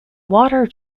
water